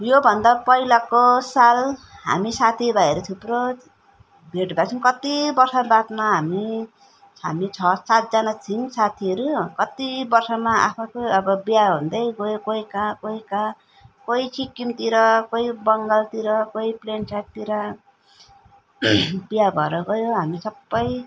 योभन्दा पहिलाको साल हामी साथीभाइहरू थुप्रो भेट भएको थियौँ कति वर्ष बादमा हामी हामी छ सातजना थियौँ साथीहरू कति वर्षमा आफू आफू अब बिहा हुँदै गयो कोही काहाँ कोही कहाँ कोही सिक्किमतिर कोही बङ्गालतिर कोही प्लेन साइटतिर बिहा भएर गयो हामी सबै